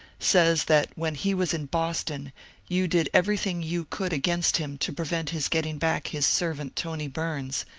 says that when he was in boston you did everything you could against him to prevent his getting back his servant tony bums,